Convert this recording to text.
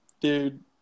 Dude